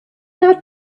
not